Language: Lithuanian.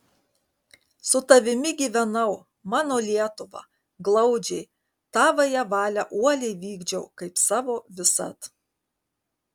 su tavimi gyvenau mano lietuva glaudžiai tavąją valią uoliai vykdžiau kaip savo visad